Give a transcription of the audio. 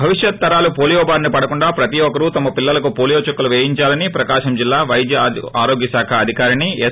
భవిష్యత్తు తరాలు పోలియో బారిన పడకుండా ప్రతి ఒక్కరూ తమ పిల్లలకు పోలీయో చుక్కలు పేయించాలని ప్రకాశం జిల్లా పైద్య ఆరోగ్య శాఖ అధికారిణి ఎస్